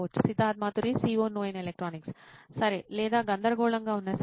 Siddharth Maturi CEO నోయిన్ electronics సరే లేదా గందరగోళంగా ఉన్న సామ్